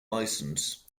licence